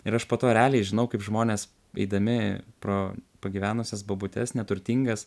ir aš po to realiai žinau kaip žmonės eidami pro pagyvenusias bobutes neturtingas